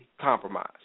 compromise